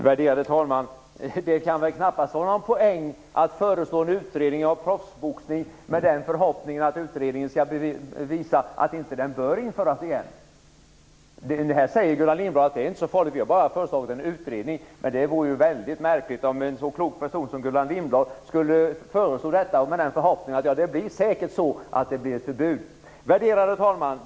Värderade talman! Det kan väl knappast vara någon poäng att föreslå en utredning av proffsboxning med den förhoppningen att utredningen skall visa att proffsboxning inte bör införas igen? Gullan Lindblad säger att det inte är så farligt utan att man bara har föreslagit en utredning. Det vore väldigt märkligt om en så klok person som Gullan Lindblad skulle föreslå detta med förhoppningen att det säkert blir ett förbud. Värderade talman!